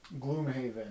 Gloomhaven